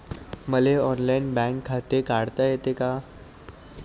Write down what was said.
मले online bank खाते काढता येते का?